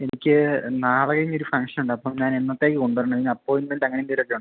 എനിക്ക് നാളെയും ഒരു ഫംഗ്ഷനുണ്ടപ്പം ഞാനെന്നത്തേക്ക് കൊണ്ടുവരണം അതിന് അപ്പോയിൻമെൻ്റ് അങ്ങനെയെന്തെങ്കിലുമൊക്കെ ഉണ്ടോ